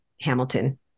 Hamilton